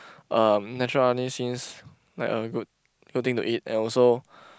um natural honey seems like a good good thing to eat and also